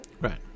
Right